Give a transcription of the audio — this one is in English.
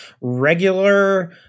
regular